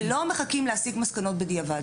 ולא מחכים להסיק מסקנות בדיעבד.